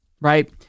right